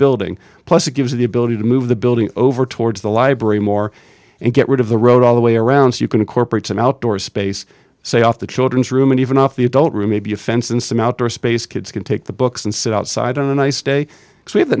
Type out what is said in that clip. building plus it gives you the ability to move the building over towards the library more and get rid of the road all the way around so you can incorporate some outdoor space say off the children's room and even off the adult room maybe a fence and some outer space kids can take the books and sit outside on a nice day